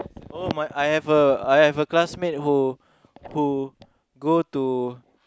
oh my I I have a class mate who who go to